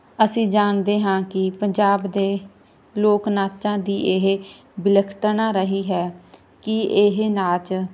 ਅਸੀਂ ਜਾਣਦੇ ਹਾਂ ਕਿ ਪੰਜਾਬ ਦੇ ਲੋਕ ਨਾਚਾਂ ਦੀ ਇਹ ਵਿਲੱਖਣਤਾ ਰਹੀ ਹੈ ਕਿ ਇਹ ਨਾਚ